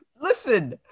Listen